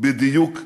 בדיוק קליני,